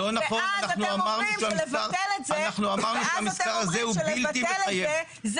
אנחנו אמרנו --- ואז אתם אומרים שלבטל את זה,